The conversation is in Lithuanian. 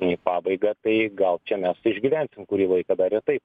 į pabaigą tai gal čia mes išgyvensim kurį laiką dar ir taip